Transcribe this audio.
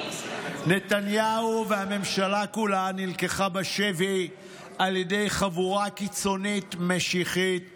נתניהו והממשלה כולה נלקחו בשבי על ידי חבורה קיצונית משיחית